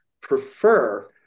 prefer